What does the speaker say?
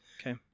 Okay